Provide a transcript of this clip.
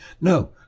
no